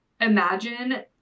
Imagine